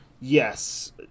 Yes